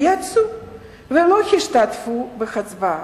יצאו ולא השתתפו בהצבעה.